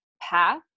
path